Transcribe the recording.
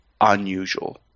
unusual